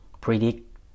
predict